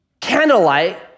candlelight